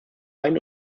ein